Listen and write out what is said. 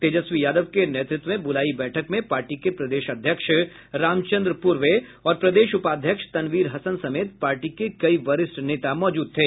तेजस्वी यादव के नेतृत्व में बुलाई बैठक में पार्टी के प्रदेश अध्यक्ष रामचंद्र पूर्वे और प्रदेश उपाध्यक्ष तनवीर हसन समेत पार्टी के कई वरिष्ठ नेता मौजूद थे